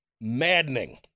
maddening